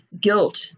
guilt